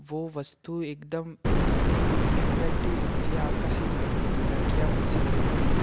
वो वस्तु एकदम हमें एट्रेक्टिव दिखती है आकर्षित लगती है ताकि हम उसे खरीदें